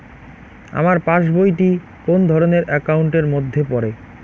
আমার পাশ বই টি কোন ধরণের একাউন্ট এর মধ্যে পড়ে?